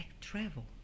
travel